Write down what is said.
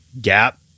gap